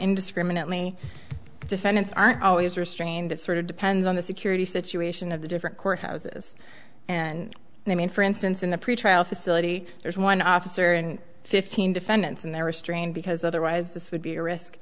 indiscriminately defendants aren't always restrained it sort of depends on the security situation of the different court houses and i mean for instance in the pretrial facility there's one officer and fifteen defendants and they restrain because otherwise this would be a risk